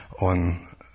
on